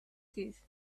teeth